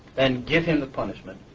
then give him the punishment